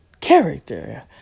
character